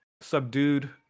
subdued